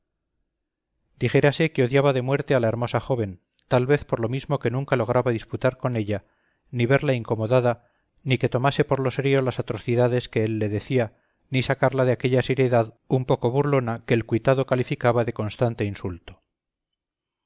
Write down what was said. turco dijérase que odiaba de muerte a la hermosa joven tal vez por lo mismo que nunca lograba disputar con ella ni verla incomodada ni que tomase por lo serio las atrocidades que él le decía ni sacarla de aquella seriedad un poco burlona que el cuitado calificaba de constante insulto